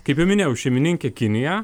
kaip ir minėjau šeimininkė kinija